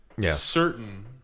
certain